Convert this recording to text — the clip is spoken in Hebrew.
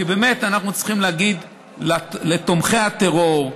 כי באמת אנחנו צריכים להגיד לתומכי הטרור,